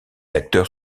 acteurs